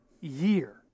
year